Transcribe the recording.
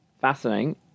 Fascinating